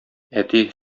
әти